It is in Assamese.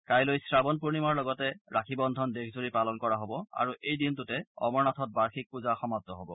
কাইলৈ শ্ৰাৱন পূৰ্ণিমাৰ লগতে ৰাখী বন্ধন দেশজুৰি পালন কৰা হব আৰু এই দিনটোতে অমৰনাথত বাৰ্ষিক পূজা সমাপ্ত হব